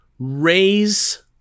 raise